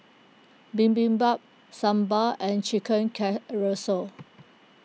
Bibimbap Sambar and Chicken